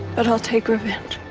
but i'll take revenge.